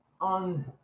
on